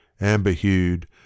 amber-hued